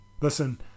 Listen